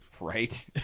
right